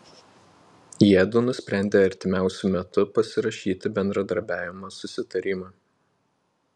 jiedu nusprendė artimiausiu metu pasirašyti bendradarbiavimo susitarimą